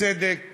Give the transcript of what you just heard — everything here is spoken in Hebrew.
הצדק